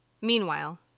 Meanwhile